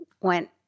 went